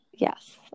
Yes